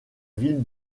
ville